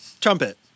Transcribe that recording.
Trumpet